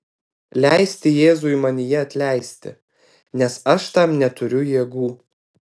leisti jėzui manyje atleisti nes aš tam neturiu jėgų